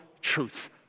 truth